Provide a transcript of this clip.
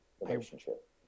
relationship